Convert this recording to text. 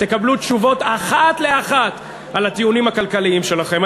תקבלו תשובות אחת לאחת על הטיעונים הכלכליים שלכם.